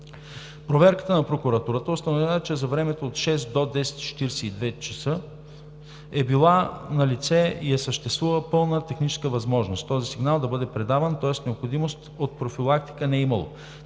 Проверката на прокуратурата установява, че за времето от 6,00 ч. до 10,42 ч. е била налице и е съществувала пълна техническа възможност този сигнал да бъде предаван, тоест необходимост от профилактика не е имало.